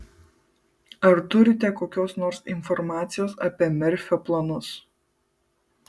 ar turite kokios nors informacijos apie merfio planus